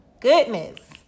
goodness